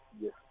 Yes